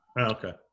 Okay